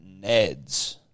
Neds